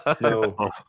No